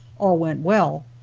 all went well,